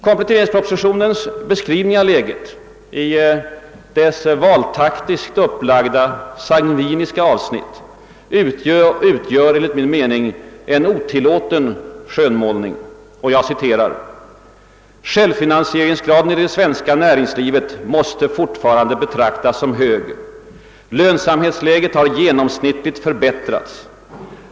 Kompletteringspropositionens beskrivning av läget i dess valtaktiskt upplagda, sangviniska avsnitt utgör enligt min mening en otillåten skönmålning. Det framhålles bland annat att »självfinansieringsgraden i det svenska näringslivet fortfarande måste betraktas som hög» och att »lönsamhetsläget i näringslivet genomsnittligt har för bättrats».